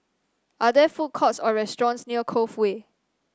are there food courts or restaurants near Cove Way